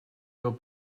your